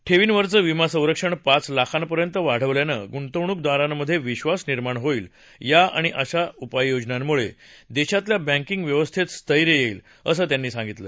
ठेवींवरचं विमा संरक्षण पाच लाखांपर्यंत वाढवल्यानं गुंतवणूकदारांमध्ये विश्वास निर्माण होईल या आणि अशा उपाययोजनांमुळे देशातल्या बँकिग व्यवस्थेत स्थैर्य येईल असं त्यांनी सांगितलं